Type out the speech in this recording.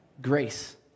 grace